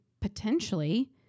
potentially